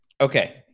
Okay